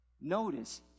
notice